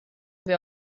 wir